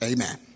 Amen